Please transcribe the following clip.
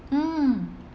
mm